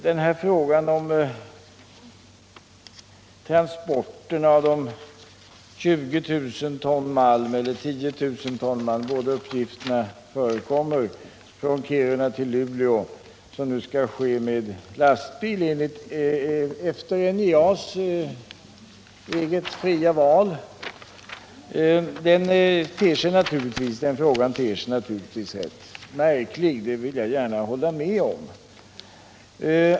När det gäller de transporter av 20000 eller 10 000 ton malm — båda uppgifterna förekommer — från Kiruna till Luleå som nu skall ske med lastbil efter NJA:s eget fria val vill jag gärna hålla med om att det ter sig rätt märkligt.